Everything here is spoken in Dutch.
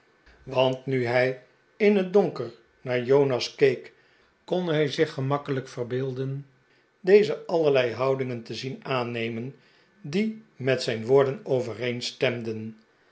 want nu hij in het donker naar jonas keek kon hij zich gemakkelijk verbeelden dezen allerlei houdingen te zien aannemen die met zijn woorden